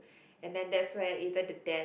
and then that's where either the dad